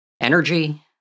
energy